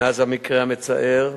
מאז המקרה המצער,